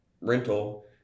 rental